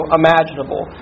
imaginable